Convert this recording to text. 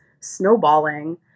snowballing